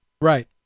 Right